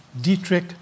Dietrich